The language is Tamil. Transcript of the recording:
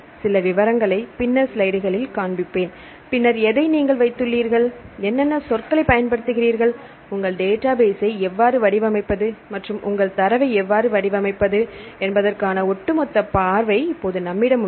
சில விவரங்களை பின்னர் ஸ்லைடுகளில் காண்பிப்பேன் பின்னர் எதை நீங்கள் வைத்துள்ளீர்கள் என்னென்ன சொற்களைப் பயன்படுத்துகிறீர்கள் உங்கள் டேட்டாபேஸ்ஸை எவ்வாறு வடிவமைப்பது மற்றும் உங்கள் தரவை எவ்வாறு வடிவமைப்பது என்பதற்கான ஒட்டுமொத்த பார்வை இப்போது நம்மிடம் உள்ளது